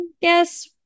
Yes